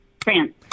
France